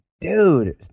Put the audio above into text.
dude